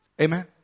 Amen